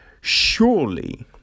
surely